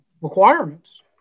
requirements